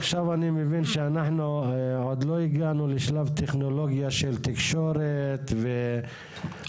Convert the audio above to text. עכשיו אני מבין שאנחנו עוד לא הגענו לשלב טכנולוגיה של תקשורת ואינטרנט.